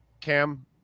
Cam